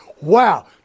wow